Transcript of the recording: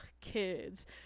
kids